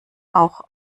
auch